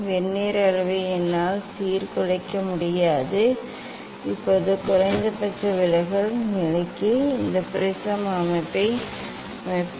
vernier அளவை என்னால் சீர்குலைக்க முடியாது இப்போது குறைந்தபட்ச விலகல் நிலைக்கு இந்த ப்ரிஸை அமைப்பேன்